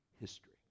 history